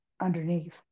underneath